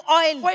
oil